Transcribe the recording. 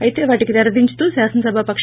అయితే వాటికి తెరదించుతూ శాసనసభాపక